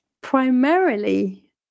primarily